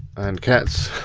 and cats,